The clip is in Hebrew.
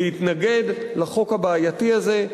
להתנגד לחוק הבעייתי הזה,